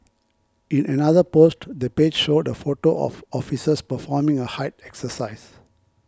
in another post the page showed a photo of officers performing a height exercise